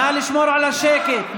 נא לשמור על השקט.